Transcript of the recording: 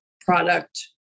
product